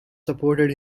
supported